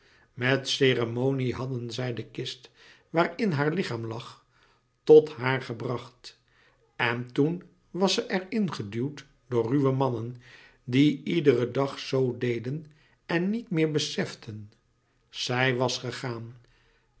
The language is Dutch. met ceremonie hadden zij de kist waarin haar lichaam lag tot daar gebracht en toen was ze er in geduwd door ruwe mannen die louis couperus metamorfoze iederen dag zoo deden en niet meer beseften zij was gegaan